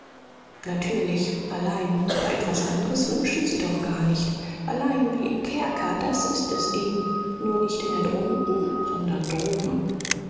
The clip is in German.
natürlich allein aber etwas andres wünschen sie doch gar nicht allein wie im kerker das ist es eben nur nicht mehr drunten sondern droben